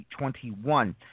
2021